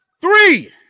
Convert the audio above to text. three